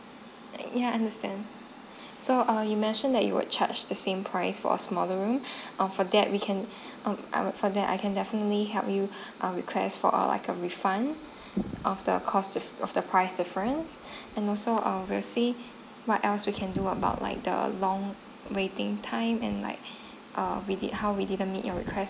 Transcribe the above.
yeah understand so err you mentioned that you were charged the same price for smaller room err for that we can um I mea~ for that I can definitely help you err request for a like a refund of the cost of of the price difference and also err we will see what else we can do about like the long waiting time and like err we did how we didn't meet your request